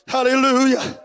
Hallelujah